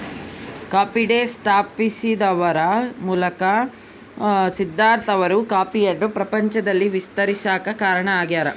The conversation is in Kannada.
ಕಾಫಿ ಡೇ ಸ್ಥಾಪಿಸುವದರ ಮೂಲಕ ಸಿದ್ದಾರ್ಥ ಅವರು ಕಾಫಿಯನ್ನು ಪ್ರಪಂಚದಲ್ಲಿ ವಿಸ್ತರಿಸಾಕ ಕಾರಣ ಆಗ್ಯಾರ